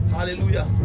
Hallelujah